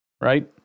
Right